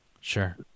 Sure